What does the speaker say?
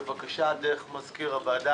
בבקשה, דרך מזכיר הוועדה.